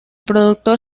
productor